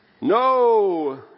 No